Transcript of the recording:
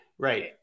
Right